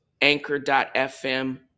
anchor.fm